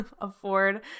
afford